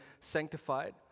sanctified